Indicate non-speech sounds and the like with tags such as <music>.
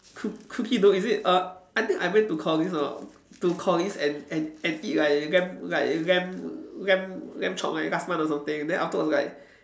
cook~ cookie dough is it uh I think I went to Collin's or to Collin's and and and eat like lamb like lamb lamb lamb chop <noise> last month or something then afterwards I was like